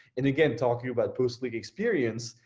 and again, talking about post click experience.